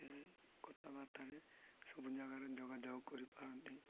ସେ କଥାବାର୍ତ୍ତାରେ ସବୁ ଜାଗାରେ ଯୋଗାଯୋଗ କରିପାରନ୍ତି